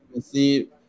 see